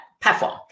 platform